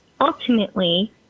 ultimately